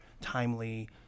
timely